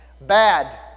Bad